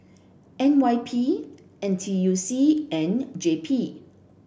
N Y P N T U C and J P